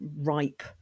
ripe